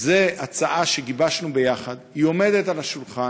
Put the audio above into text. זו הצעה שגיבשנו ביחד, היא עומדת על השולחן.